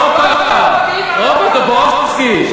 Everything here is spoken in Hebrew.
הופה טופורובסקי.